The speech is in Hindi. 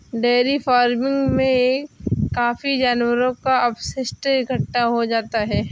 डेयरी फ़ार्मिंग में काफी जानवरों का अपशिष्ट इकट्ठा हो जाता है